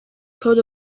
coat